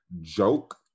joke